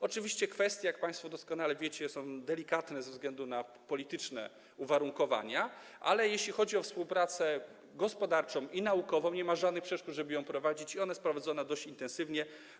Oczywiście te kwestie, jak państwo doskonale wiecie, są delikatne ze względu na polityczne uwarunkowania, ale jeśli chodzi o współpracę gospodarczą i naukową, to nie ma żadnych przeszkód, żeby ją prowadzić, i ona jest prowadzona dość intensywnie.